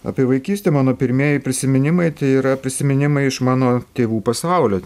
apie vaikystę mano pirmieji prisiminimai tai yra prisiminimai iš mano tėvų pasaulio